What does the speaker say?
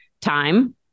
time